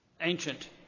ancient